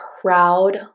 proud